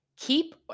keep